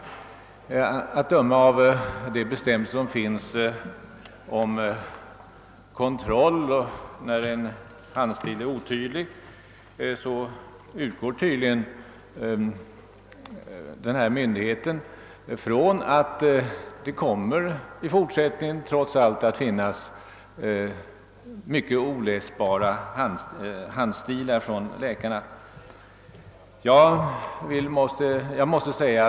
Att döma av bestämmelserna rörande kontroll av handstilens läsbarhet utgår ifrågavarande myndighet från att det även i fortsättningen kommer att förekomma svårläst handstil på recept från läkare.